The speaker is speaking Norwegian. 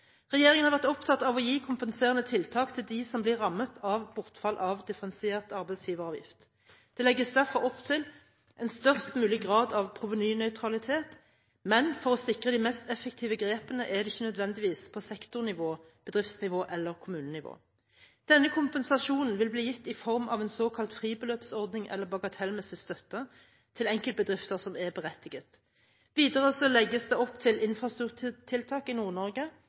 Regjeringen har vært opptatt av å gi kompenserende tiltak til dem som blir rammet av bortfall av differensiert arbeidsgiveravgift. Det legges derfor opp til en størst mulig grad av provenynøytralitet, men for å sikre de mest effektive grepene er det ikke nødvendigvis på sektornivå, bedriftsnivå eller kommunenivå. Denne kompensasjonen vil bli gitt i form av en såkalt fribeløpsordning eller bagatellmessig støtte til enkeltbedrifter som er berettiget. Videre legges det opp til infrastrukturtiltak i